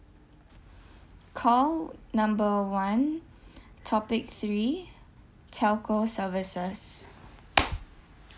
call number one topic three telco services